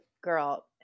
girl